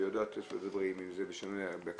יכול להיות מתחת לחלון של בית שיש שעון קר"מי,